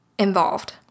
involved